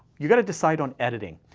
you gotta decide on editing.